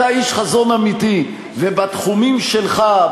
ובתחומים שלך,